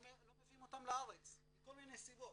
לא מביאים אותם לארץ מכל מיני סיבות,